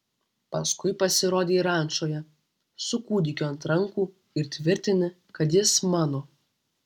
paskui pasirodei rančoje su kūdikiu ant rankų ir tvirtini kad jis mano